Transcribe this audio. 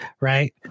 Right